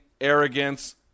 arrogance